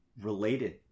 related